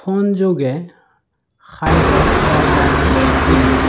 phone যোগে খাদ্য়ৰ অৰ্ডাৰটো দিলোঁ